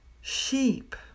Sheep